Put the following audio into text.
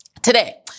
Today